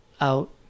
out